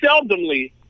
seldomly